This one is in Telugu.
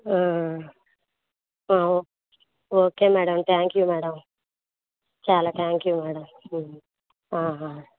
okay madam thank you madam చాలా థ్యాంక్ యూ మేడం